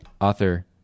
author